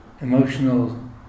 emotional